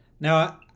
Now